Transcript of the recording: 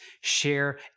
share